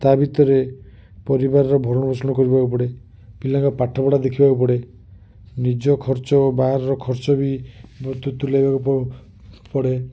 ତା ଭିତରେ ପରିବାରର ଭରଣ ପୋଷଣ କରିବାକୁ ପଡ଼େ ପିଲାଙ୍କ ପାଠପଢ଼ା ଦେଖିବାକୁ ପଡ଼େ ନିଜ ଖର୍ଚ୍ଚ ବାହାରର ଖର୍ଚ୍ଚ ବି ମୋତେ ତୁଲାଇବାକୁ ପ ପଡ଼େ